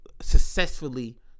successfully